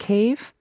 Cave